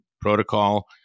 protocol